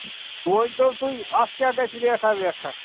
ؤنۍتو تُہۍ اَتھ کیٛاہ گَژھِ ریٹھا ویٹھا